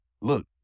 look